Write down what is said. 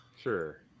Sure